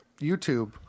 YouTube